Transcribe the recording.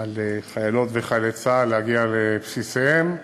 על חיילות וחיילי צה"ל להגיע לבסיסיהם.